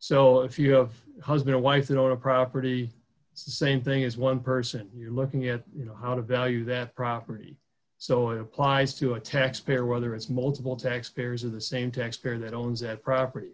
so if you have husband or wife in a property it's the same thing as one person you're looking at you know how to value that property so it applies to a taxpayer whether it's multiple taxpayers or the same taxpayer that owns that property